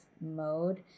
mode